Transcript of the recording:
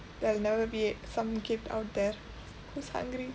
there'll never be some kid out there who's hungry